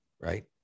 right